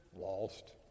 lost